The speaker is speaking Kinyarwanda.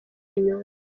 nyundo